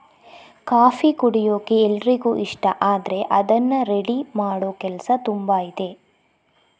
coffee ಕುಡಿಯೋಕೆ ಎಲ್ರಿಗೂ ಇಷ್ಟ ಆದ್ರೆ ಅದ್ನ ರೆಡಿ ಮಾಡೋ ಕೆಲಸ ತುಂಬಾ ಇದೆ